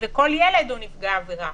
וכל ילד הוא נפגע עבירה.